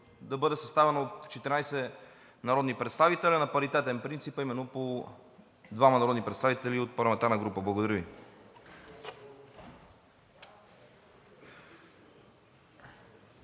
да бъде съставена от 14 народни представители на паритетен принцип, а именно по двама народни представители от парламентарна група. Благодаря Ви.